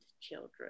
children